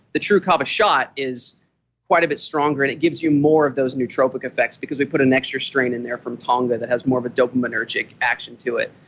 the tru kava shot is quite a bit stronger, and it gives you more of those nootropic effects because we put an extra strain in there from tonga that has more of a dopaminergic action to it.